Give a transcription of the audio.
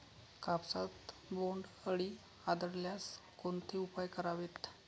कापसात बोंडअळी आढळल्यास कोणते उपाय करावेत?